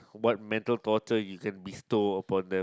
what mental torture you can bestow upon them